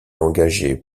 engagées